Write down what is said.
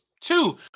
Two